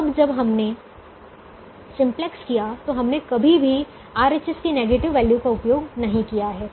अब तक जब हमने सिंप्लेक्स किया है तो हमने कभी भी RHS की नेगेटिव वैल्यू का उपयोग नहीं किया है